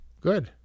good